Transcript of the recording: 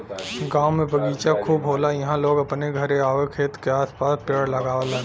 गांव में बगीचा खूब होला इहां लोग अपने घरे आउर खेत के आस पास पेड़ लगावलन